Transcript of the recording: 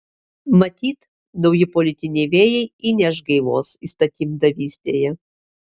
matyt nauji politiniai vėjai įneš gaivos įstatymdavystėje